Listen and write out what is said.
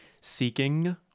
seeking